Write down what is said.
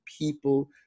people